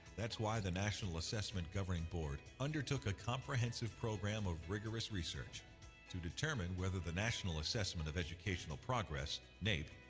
that's why the national assessment governing board undertook a comprehensive program of rigorous research to determine whether the national assessment of educational progress, naep,